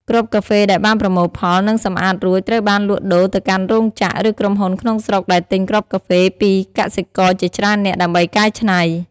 គ្រាប់កាហ្វេដែលបានប្រមូលផល និងសម្អាតរួចត្រូវបានលក់ដូរទៅកាន់រោងចក្រ ឬក្រុមហ៊ុនក្នុងស្រុកដែលទិញគ្រាប់កាហ្វេពីកសិករជាច្រើននាក់ ដើម្បីកែច្នៃ។